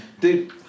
Dude